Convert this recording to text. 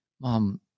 mom